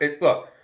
look